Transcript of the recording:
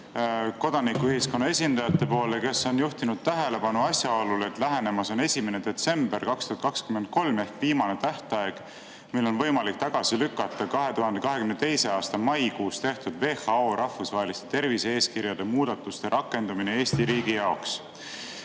kodanikuühiskonna esindajad, kes on juhtinud tähelepanu asjaolule, et lähenemas on 1. detsember 2023 ehk viimane tähtaeg, mil on võimalik tagasi lükata 2022. aasta maikuus tehtud WHO rahvusvaheliste tervise-eeskirjade muudatuste rakendamine Eesti riigi jaoks.